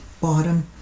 bottom